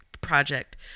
project